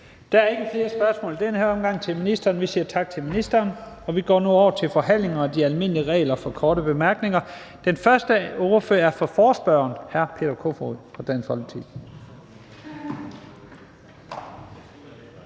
Der er ikke flere spørgsmål til ministeren i den her omgang. Vi siger tak til ministeren. Vi går nu over til forhandlingen og de almindelige regler for korte bemærkninger. Først er det ordføreren for forespørgerne, hr. Peter Kofod fra Dansk Folkeparti.